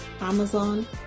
Amazon